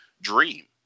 dream